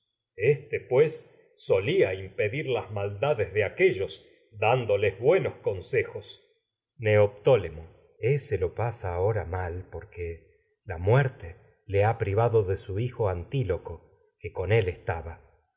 solía impedir las aquéllos dándoles buenos consejos neoptólemo muerte ése lo pasa su ahora mal porque que con la le ha privado de hijo antiloco él estaba